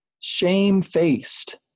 shame-faced